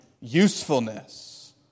usefulness